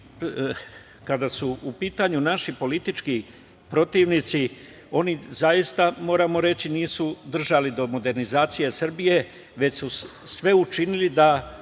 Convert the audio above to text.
kada su u pitanju naši politički protivnici, oni zaista, moramo reći, nisu držali do modernizacije Srbije, već su sve učinili da